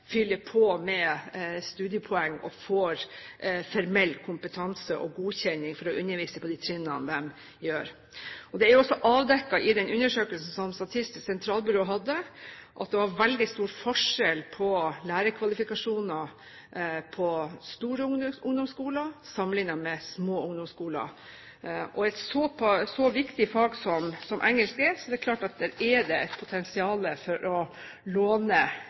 fyller på med studiepoeng og får formell kompetanse og godkjenning for å undervise på de trinnene de gjør. Det er jo også avdekket i den undersøkelsen som Statistisk sentralbyrå hadde, at det var veldig stor forskjell på lærerkvalifikasjonene på store ungdomsskoler sammenlignet med små ungdomsskoler. I et så viktig fag som engelsk er det klart at det er et potensial for å «låne» lærere fra andre engelskspråklige land, og det er et potensial for å